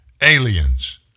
aliens